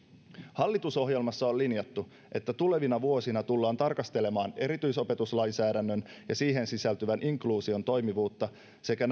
hallitusohjelmassa on linjattu että tulevina vuosina tullaan tarkastelemaan erityisopetuslainsäädännön ja siihen sisältyvän inkluusion toimivuutta sekä